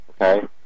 Okay